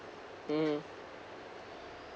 mmhmm